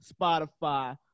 Spotify